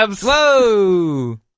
Whoa